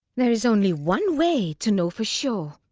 there is only one way to know for sure.